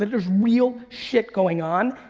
there's real shit going on.